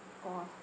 or ah